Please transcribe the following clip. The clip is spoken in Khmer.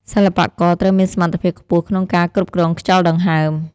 សិល្បករត្រូវមានសមត្ថភាពខ្ពស់ក្នុងការគ្រប់គ្រងខ្យល់ដង្ហើម។